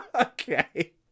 Okay